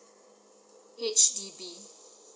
H_D_B